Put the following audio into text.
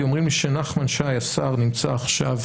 כי אומרים לי שנחמן שי השר נמצא עכשיו